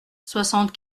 soixante